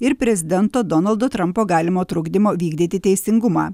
ir prezidento donaldo trampo galimo trukdymo vykdyti teisingumą